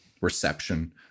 reception